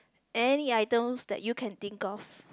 any items that you can think of